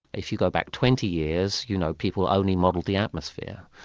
if you go back twenty years, you know, people only modelled the atmosphere.